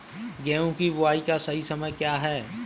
गेहूँ की बुआई का सही समय क्या है?